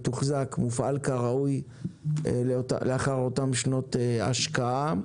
מתוחזק ומופעל כראוי לאחר אותן שנות השקעה,